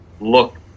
look